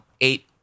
eight